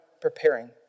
preparing